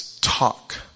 talk